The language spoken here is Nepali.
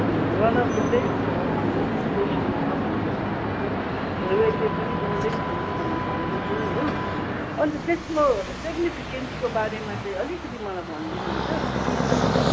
हजुर one of the best of hill station छ भनेर भन्दै छ रेलवे पनि ओलडेस्ट हो भनेर भन्दै थियो हो अन्त त्यसको सिग्निफिकेन्सको बारेमा चाहिँ मलाई अलिकति भनिदिनु हुन्छ कि कसो